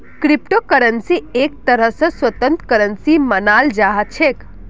crypto करन्सीक एक तरह स स्वतन्त्र करन्सी मानाल जा छेक